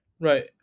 Right